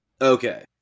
Okay